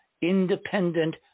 independent